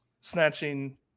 snatching